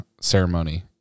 ceremony